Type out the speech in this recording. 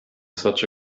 such